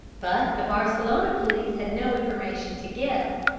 but the barcelona police had no information to give.